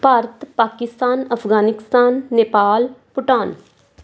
Bharat Pakistan Afghanistan Nepal Bhutan